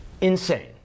insane